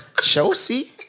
Chelsea